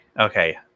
okay